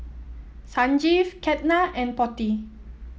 Sanjeev Ketna and Potti